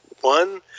one